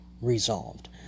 resolved